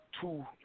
Two